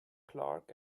clark